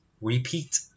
repeat